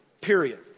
period